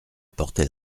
portait